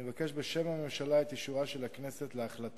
אני מבקש בשם הממשלה את אישורה של הכנסת להחלטה.